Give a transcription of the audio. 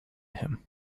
him